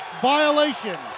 violation